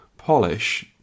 polish